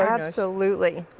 absolutely.